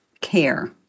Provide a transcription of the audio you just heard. care